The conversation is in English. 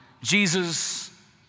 Jesus